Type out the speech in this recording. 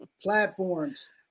platforms